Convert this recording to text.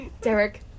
Derek